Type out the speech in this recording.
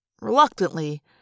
reluctantly